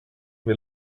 või